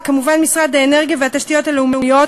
וכמובן משרד האנרגיה והתשתיות הלאומיות,